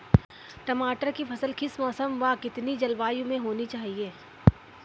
टमाटर की फसल किस मौसम व कितनी जलवायु में होनी चाहिए?